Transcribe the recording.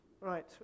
Right